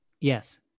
Yes